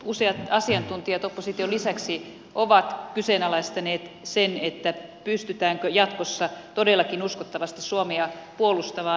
useat asiantuntijat opposition lisäksi ovat kyseenalaistaneet sen pystytäänkö jatkossa todellakin uskottavasti suomea puolustamaan